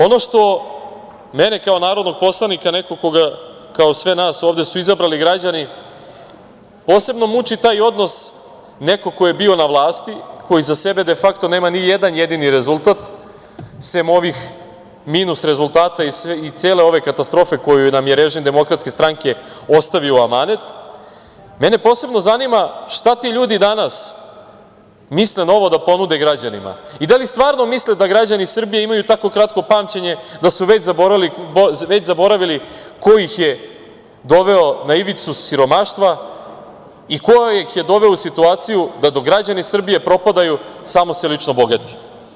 Ono što mene kao narodnog poslanika, neko koga su, kao i sve nas ovde, izabrali građani, posebno muči taj odnos, neko ko je bio na vlasti, ko iza sebe de fakto nema nijedan jedini rezultat sem ovih minus rezultata i cele ove katastrofe koju nam je režim Demokratske stranke ostavio u amanet, mene posebno zanima šta ti ljudi danas misle novo da ponude građanima i da li stvarno misle da građani Srbije imaju tako kratko pamćenje da su već zaboravili ko ih je doveo na ivicu siromaštva i ko ih je doveo u situaciju da dok građani Srbije propadaju, samo se lično bogati.